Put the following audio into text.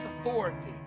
authority